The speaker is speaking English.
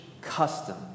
custom